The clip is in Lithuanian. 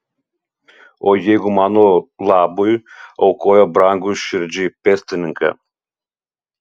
o jeigu mano labui aukoja brangų širdžiai pėstininką